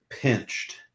Pinched